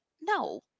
No